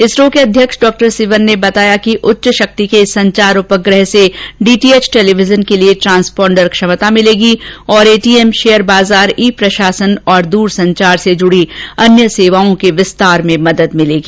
इसरो के अध्यक्ष डॉक्टर सिवन ने बताया कि उच्च शक्ति के इस संचार उपग्रह र्से डीटीएच टेलीविजन के लिए ट्रांसपॉन्डर क्षमता मिलेगी और एटीएम शेयर बाजार ई प्रशासन और दूरसंचार से जुड़ी अन्य सेवाओं के विस्तार में मदद मिलेगी